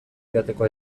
joateko